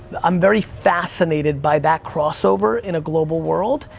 i'm very fascinated by that crossover in a global world,